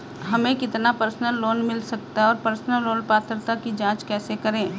हमें कितना personal loan मिल सकता है और पर्सनल लोन पात्रता की जांच कैसे करें?